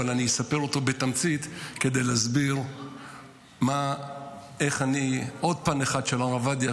אני אספר אותו בתמצית כדי להסביר עוד פן אחד של הרב עובדיה,